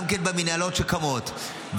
גם כן במינהלות שקמות,